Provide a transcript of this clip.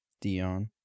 Dion